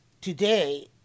today